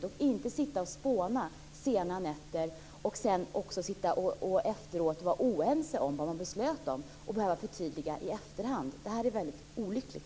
Man borde inte sitta och spåna under sena nätter och efteråt vara oense om vad som har beslutats så att det behövs ett förtydligande i efterhand. Det här är väldigt olyckligt.